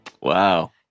wow